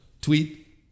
tweet